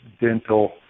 dental